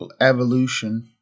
evolution